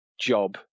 job